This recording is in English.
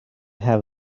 have